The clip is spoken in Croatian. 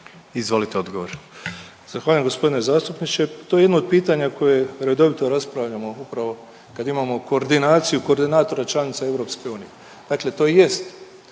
Frano (HDZ)** Zahvaljujem g. zastupniče. To je jedno od pitanja koje redovito raspravljamo upravo kad imamo koordinaciju koordinatora članica EU. Dakle, to jest